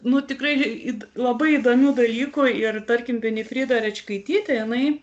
nu tikrai labai įdomių dalykų ir tarkim venifrida račkaitytė jinai